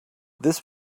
this